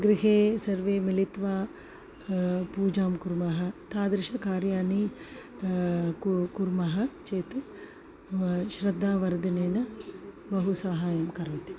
गृहे सर्वे मिलित्वा पूजां कुर्मः तादृशकार्याणि कु कुर्मः चेत् व श्रद्धावर्धनेन बहु साहाय्यं करोति